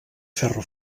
ferro